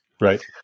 Right